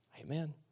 Amen